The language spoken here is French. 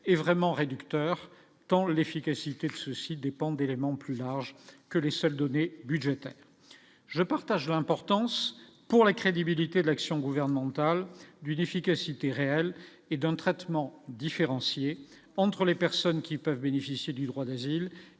et vraiment réducteur, tant l'efficacité de ce site dépend d'éléments plus jours que les seules données budgétaires, je partage l'importance pour la crédibilité de l'action gouvernementale d'une efficacité réelle et d'un traitement différencié entre les personnes qui peuvent bénéficier du droit d'asile